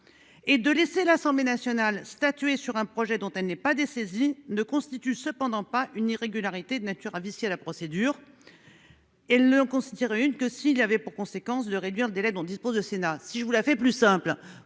Et de laisser l'Assemblée nationale statuer sur un projet dont elle n'est pas dessaisi ne constitue cependant pas une irrégularité de nature à vicier la procédure. Et le constituerait une que s'il avait pour conséquence de réduire le délai dont disposent au Sénat. Si je vous la fais plus simple